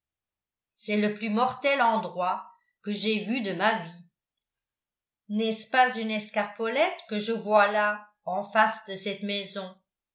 c'est le plus mortel endroit que j'aie vu de ma vie n'est-ce pas une escarpolette que je vois là en face de cette maison